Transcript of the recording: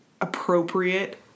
appropriate